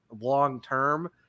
long-term –